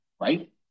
right